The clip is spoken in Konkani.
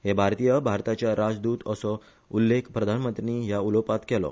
हे भारतीय भारताच्या राजदूत असो उल्लेख प्रधानमंत्र्यानी ह्या उलोपात केलो